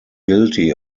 guilty